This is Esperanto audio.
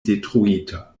detruita